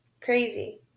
crazy